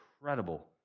incredible